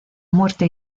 muerte